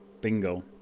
Bingo